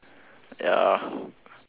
ya